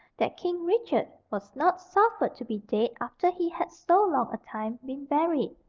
that king richard was not suffered to be dead after he had so long a time been buried.